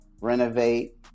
renovate